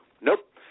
Nope